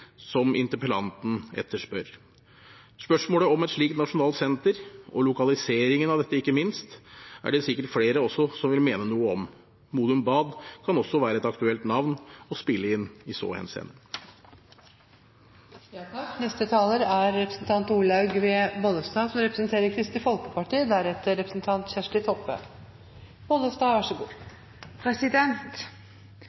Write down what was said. som interpellanten etterspør. Spørsmålet om et slikt nasjonalt senter og lokaliseringen av dette, ikke minst, er det sikkert flere også som vil mene noe om. Modum Bad kan også være et aktuelt navn å spille inn i så henseende. Krisearbeid og krisepsykologi er